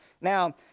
now